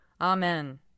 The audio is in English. Amen